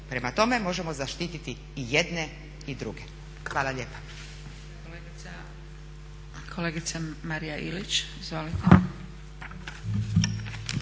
Prema tome, možemo zaštiti i jedne i druge. Hvala lijepa.